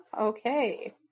Okay